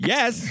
Yes